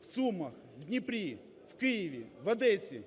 Сумах, Дніпрі, в Києві, в Одесі